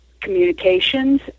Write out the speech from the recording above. communications